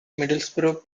middlesbrough